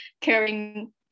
caring